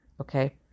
okay